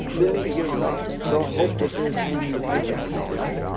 then he gives up the hope that there's any life after death.